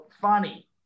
funny